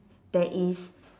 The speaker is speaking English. there is